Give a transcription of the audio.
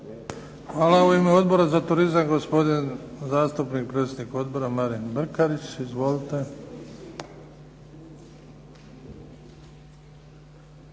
Hvala. U ime Odbora za turizam, gospodin zastupnik, predsjednik odbora Marin Brkarić. Izvolite.